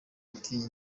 ati